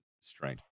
strange